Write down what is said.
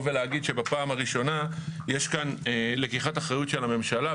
ולהגיד שבפעם הראשונה יש כאן לקיחת אחריות של הממשלה,